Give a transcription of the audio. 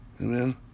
Amen